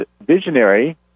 visionary